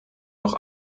noch